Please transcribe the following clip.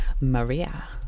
Maria